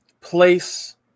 place